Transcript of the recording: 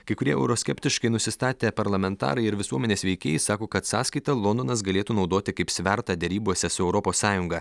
kai kurie euroskeptiškai nusistatę parlamentarai ir visuomenės veikėjai sako kad sąskaitą londonas galėtų naudoti kaip svertą derybose su europos sąjunga